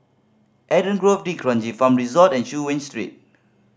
Eden Grove D'Kranji Farm Resort and Chu Yen Street